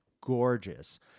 gorgeous